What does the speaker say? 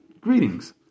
greetings